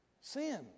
Sin